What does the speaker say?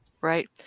Right